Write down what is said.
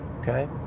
Okay